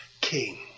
king